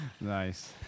Nice